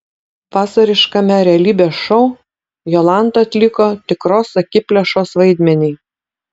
vasariškame realybės šou jolanta atliko tikros akiplėšos vaidmenį